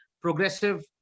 progressive